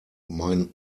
mein